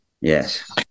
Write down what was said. Yes